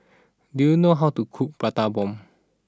do you know how to cook Prata Bomb